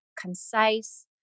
concise